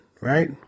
right